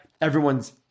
everyone's –